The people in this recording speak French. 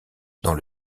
dans